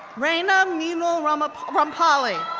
rayna meenul um ah rampalli,